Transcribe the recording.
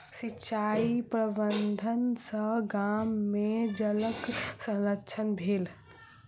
सिचाई प्रबंधन सॅ गाम में जलक संरक्षण भेल